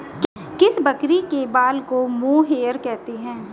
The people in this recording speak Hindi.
किस बकरी के बाल को मोहेयर कहते हैं?